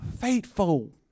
faithful